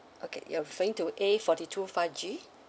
okay you're referring to A forty two five G